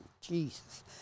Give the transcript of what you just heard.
Jesus